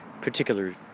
particular